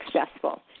successful